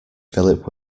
philip